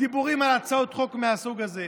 דיבורים על הצעות חוק מהסוג הזה.